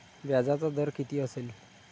व्याजाचा दर किती असेल?